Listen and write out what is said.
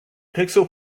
pixel